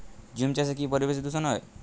ঝুম চাষে কি পরিবেশ দূষন হয়?